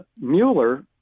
Mueller